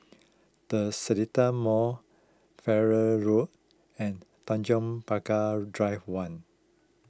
the Seletar Mall Farrer Road and Tanjong Pagar Drive one